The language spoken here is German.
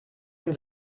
den